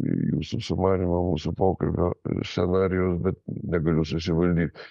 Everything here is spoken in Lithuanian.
jūsų sumanymą mūsų pokalbio scenarijaus bet negaliu susivaldyt